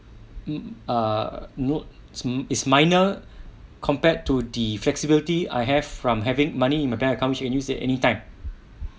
mm ah not is is minor compared to the flexibility I have from having money in the bank account which can use at anytime